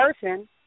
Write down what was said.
person